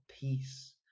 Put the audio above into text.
peace